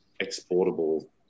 exportable